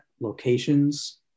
locations